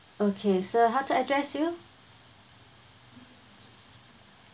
okay sir how to address you